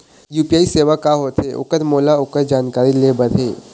UPI सेवा का होथे ओकर मोला ओकर जानकारी ले बर हे?